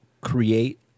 create